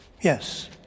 Yes